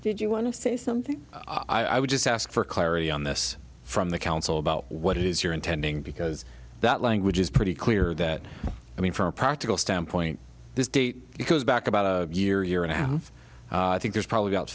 did you want to say something i would just ask for clarity on this from the council about what it is you're intending because that language is pretty clear that i mean from a practical standpoint this date because back about a year year and now i think there's probably about